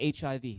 HIV